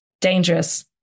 Dangerous